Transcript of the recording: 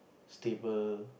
stable